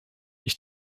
ich